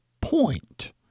point